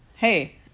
Hey